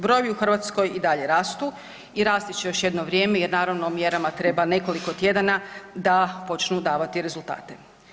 Brojevi u Hrvatskoj i dalje rastu i rasti će još jedno vrijeme jer naravno mjerama treba nekoliko tjedana da počnu davati rezultate.